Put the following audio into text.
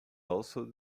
also